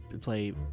play